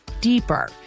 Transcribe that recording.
deeper